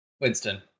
Winston